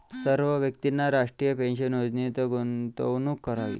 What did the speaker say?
सर्व व्यक्तींनी राष्ट्रीय पेन्शन योजनेत गुंतवणूक करावी